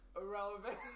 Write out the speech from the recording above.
Irrelevant